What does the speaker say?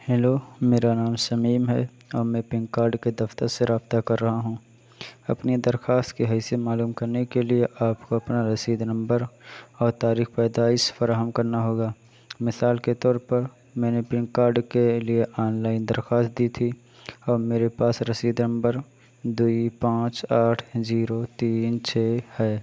hello میرا نام شمیم ہے اور میں پین کارڈ کے دفتر سے رابطہ کر رہا ہوں اپنی درخواست کی حیثیت معلوم کرنے کے لیے آپ کو اپنا رسید نمبر اور تاریخِ پیدائس فراہم کرنا ہوگا مثال کے طور پر میں نے پین کارڈ کے لیے آن لائن درخواست دی تھی اور میرے پاس رسید نمبر دو پانچ آٹھ زیرو تین چھ ہے